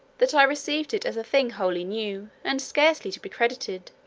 that i received it as a thing wholly new, and scarcely to be credited.